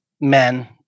men